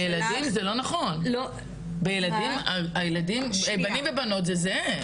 בילדים זה לא נכון, הילדים בנים ובנות זה זהה.